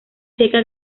checa